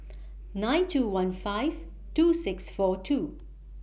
nine two one five two six four two